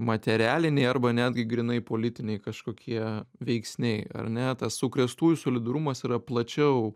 materialiniai arba netgi grynai politiniai kažkokie veiksniai ar ne tas sukrėstųjų solidarumas yra plačiau